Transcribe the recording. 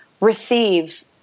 receive